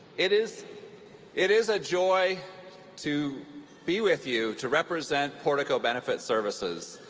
it is it is a joy to be with you to represent portico benefit services.